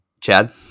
Chad